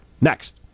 next